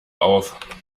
auf